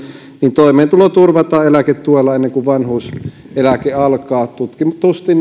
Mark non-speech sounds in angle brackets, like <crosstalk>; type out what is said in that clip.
toimeentulo turvataan eläketuella ennen kuin vanhuuseläke alkaa tutkitusti <unintelligible>